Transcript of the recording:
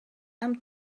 amb